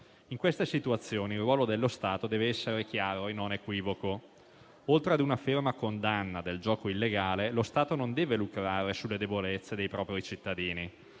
In queste situazioni il ruolo dello Stato deve essere chiaro e non equivoco: oltre ad una ferma condanna del gioco illegale, lo Stato non deve lucrare sulle debolezze dei propri cittadini.